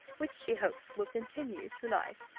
which she hopes will continue through life.